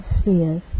spheres